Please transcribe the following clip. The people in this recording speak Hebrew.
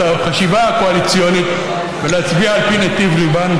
החשיבה הקואליציונית ולהצביע על פי נתיב ליבם.